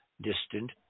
distant